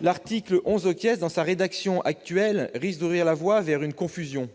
L'article 11, dans sa rédaction actuelle, ouvre la voie à une confusion.